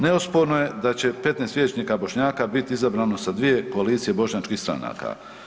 Neosporno je da će 15 vijećnika Bošnjaka bit izabrano sa dvije koalicije bošnjačkih stranaka.